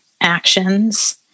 actions